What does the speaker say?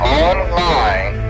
online